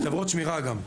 גם חברות שמירה.